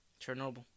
Chernobyl